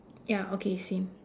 ya okay same